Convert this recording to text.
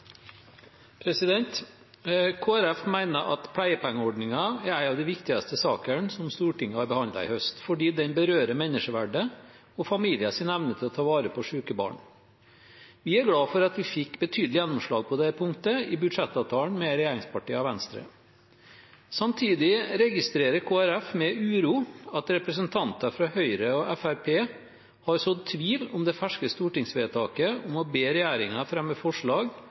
en av de viktigste sakene som Stortinget har behandlet i høst, fordi den berører menneskeverdet og familiers evne til å ta vare på syke barn. Vi er glad for at vi fikk betydelig gjennomslag på det punktet i budsjettavtalen med regjeringspartiene og Venstre. Samtidig registrerer Kristelig Folkeparti med uro at representanter fra Høyre og Fremskrittspartiet har sådd tvil om det ferske stortingsvedtaket om å be regjeringen fremme forslag